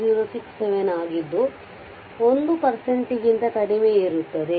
0067 ಆಗಿದ್ದು 1 ಪರ್ಸೆಂಟ್ ಗಿಂತ ಕಡಿಮೆಯಿರುತ್ತದೆ